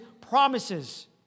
promises